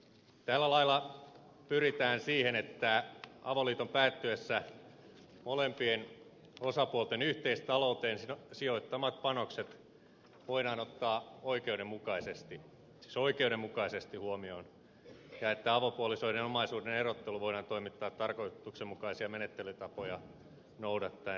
tällä lailla pyritään siihen että avoliiton päättyessä molempien osapuolten yhteistalouteen sijoittamat panokset voidaan ottaa oikeudenmukaisesti huomioon ja että avopuolisoiden omaisuuden erottelu voidaan toimittaa tarkoituksenmukaisia menettelytapoja noudattaen riitatilanteissa